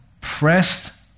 pressed